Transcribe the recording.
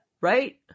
Right